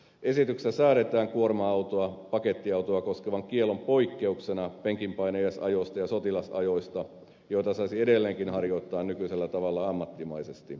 esityksessä säädetään kuorma autoa ja pakettiautoa koskevan kiellon poikkeuksena penkinpainajaisajosta ja sotilasajoista joita saisi edelleenkin harjoittaa nykyisellä tavalla ammattimaisesti